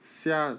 虾